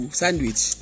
sandwich